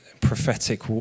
prophetic